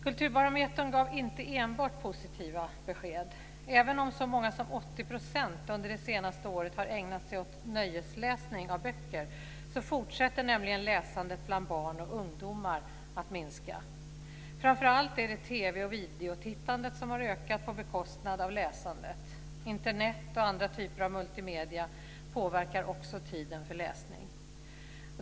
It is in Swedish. Kulturbarometern gav inte enbart positiva besked. Även om så många som 80 % under det senaste året har ägnat sig åt nöjesläsning av böcker fortsätter nämligen läsandet bland barn och ungdomar att minska. Framför allt är det TV och videotittandet som har ökat på bekostnad av läsandet. Internet och andra typer av multimedia påverkar också tiden för läsning.